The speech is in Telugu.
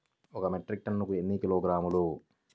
ఒక మెట్రిక్ టన్నుకు ఎన్ని కిలోగ్రాములు?